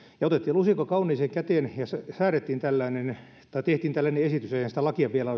otettiin lusikka kauniiseen käteen ja säädettiin tai tehtiin tällainen esitys eihän sitä lakia vielä